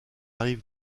rive